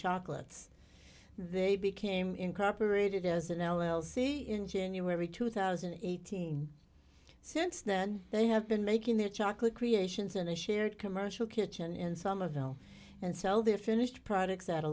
chocolates they became incorporated as an l l c in january two thousand and eighteen since then they have been making their chocolate creations in a shared commercial kitchen in some of them and sell their finished products at a